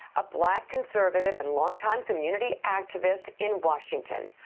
a black conservative and long-time community activist in washington.